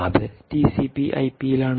അത് ടിസിപി ഐപിയിലാണ്